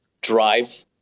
drive